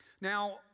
Now